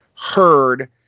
heard